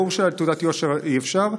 ברור שעל תעודת יושר אי-אפשר.